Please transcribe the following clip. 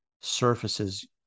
surfaces